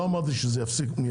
לא אמרתי שמיידית.